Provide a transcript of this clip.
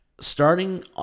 Starting